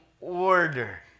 order